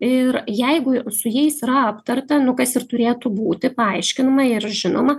ir jeigu su jais yra aptarta nu kas ir turėtų būti paaiškinama ir žinoma